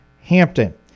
Hampton